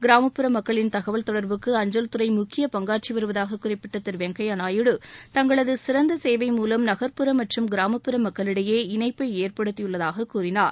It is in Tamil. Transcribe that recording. கிராமப்புற மக்களின் தகவல் தொடர்புக்கு அஞ்சல்துறை முக்கிய பங்காற்றி வருவதாக குறிப்பிட்ட திரு வெங்கையா நாயுடு தங்களது சிறந்த சேவை மூலம் நகாட்டுற மற்றும் கிராமப்புற மக்களிடையே இணைப்பை ஏற்படுத்தியுள்ளதாக கூறினார்